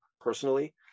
personally